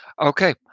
Okay